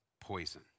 poison